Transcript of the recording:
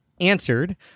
answered